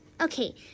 Okay